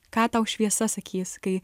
ką tau šviesa sakys kai